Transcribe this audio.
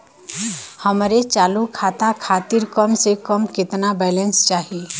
हमरे चालू खाता खातिर कम से कम केतना बैलैंस चाही?